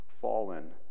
fallen